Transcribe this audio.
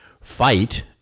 fight